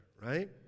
right